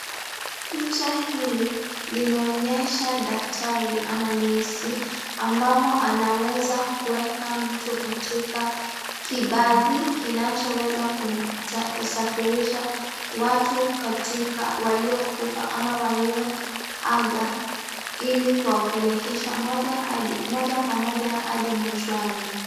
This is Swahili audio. Picha hili linaonyesha daktari ama nesi ambamo anaweza kuweka mtu katika kibagi kinachoweza kumsafirisha watu katika waliokufa ama walio aga, ili kuwapelekesha moja kwa moja hadi mochari.